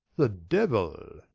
the devil!